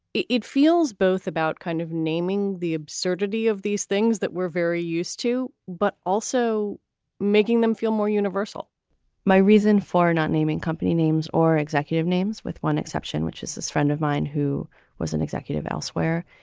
it it feels both about kind of naming the absurdity of these things that were very used to, but also making them feel more universal my reason for not naming company names or executive names, with one exception, which is this friend of mine who was an executive elsewhere,